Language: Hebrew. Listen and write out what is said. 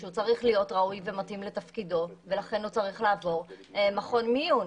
שהוא צריך להיות ראוי ומתאים לתפקידו ולכן הוא צריך לעבור מכון מיון.